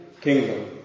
kingdom